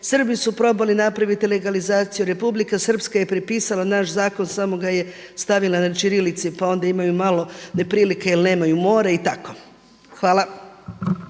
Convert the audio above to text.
Srbi su probali napraviti legalizaciju, Republika Srpska je prepisala naš zakon samo ga je stavila na čirilici pa onda imaju malo neprilike jer nemaju more i tako. Hvala.